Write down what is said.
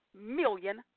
million